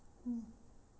mm